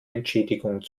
entschädigung